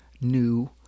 new